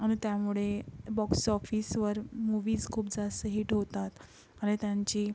आणि त्यामुळे बॉक्स ऑफिसवर मूवीज खूप जास्त हिट होतात आणि त्यांची